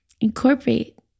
incorporate